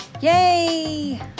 Yay